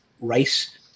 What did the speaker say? rice